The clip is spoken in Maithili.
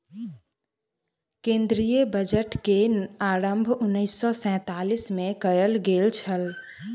केंद्रीय बजट के आरम्भ उन्नैस सौ सैंतालीस मे कयल गेल छल